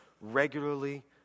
regularly